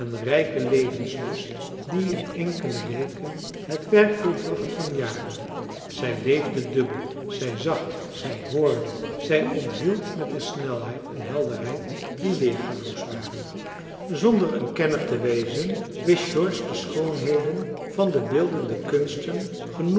rijke levenslust die in enkele weken het werk volbracht van jaren zij leefde dubbel zij zag zij hoorde zij onthield met een snelheid en helderheid die weergaloos waren zonder een kenner te wezen wist george de schoonheden van de beeldende kunsten